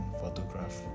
photograph